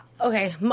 okay